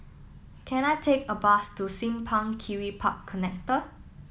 can I take a bus to Simpang Kiri Park Connector